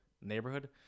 neighborhood